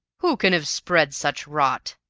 who can have spread such rot?